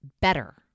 better